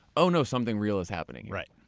oh no, something real is happening. right.